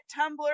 Tumblr